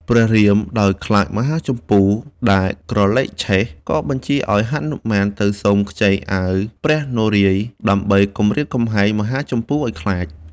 ព្រះរាម ដោយខ្លាចមហាជម្ពូ ដែលក្រលេកឆេះ ក៏បញ្ជាឱ្យហនុមានទៅសុំខ្ចីអាវព្រះនារាយណ៍ ដើម្បីគំរាមកំហែងមហាជម្ពូ ឱ្យខ្លាច។